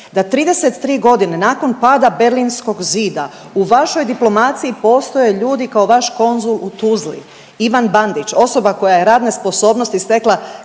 da 33 godine nakon pada Berlinskog zida u vašoj diplomaciji postoje ljudi kao vaš konzul u Tuzli Ivan Bandić osoba koja je radne sposobnosti stekla